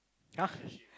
!huh!